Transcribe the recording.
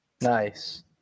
Nice